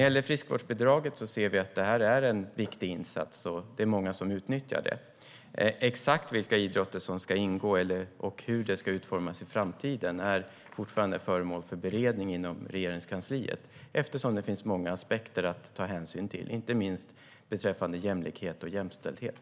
Friskvårdsbidraget är en viktig insats. Det är många som utnyttjar det. Exakt vilka idrotter som ska ingå och hur det ska utformas i framtiden är fortfarande föremål för beredning inom Regeringskansliet. Det finns många aspekter att ta hänsyn till, inte minst beträffande jämlikhet och jämställdhet.